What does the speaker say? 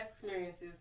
experiences